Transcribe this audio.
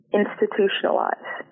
institutionalize